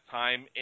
time